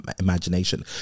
imagination